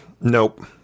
nope